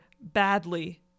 badly